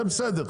זה בסדר.